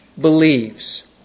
believes